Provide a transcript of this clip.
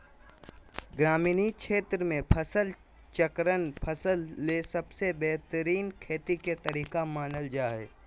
ग्रामीण क्षेत्र मे फसल चक्रण फसल ले सबसे बेहतरीन खेती के तरीका मानल जा हय